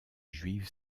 juive